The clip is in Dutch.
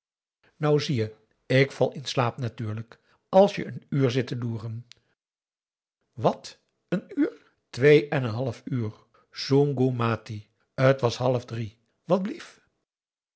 nou zie je ik val in slaap natuurlijk als je een uur zit te loeren wat één uur twee en een half uur soengoe mati t was half drie wa blief